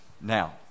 Now